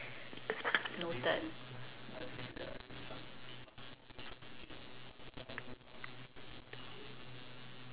noted